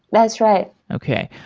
that's right okay.